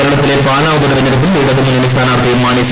കേരളത്തിലെ പാലാ ഉപതെരഞ്ഞെടുപ്പിൽ ഇടതുമുന്നണി സ്ഥാനാർത്ഥി മാണി സി